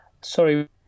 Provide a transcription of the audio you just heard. Sorry